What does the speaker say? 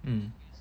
um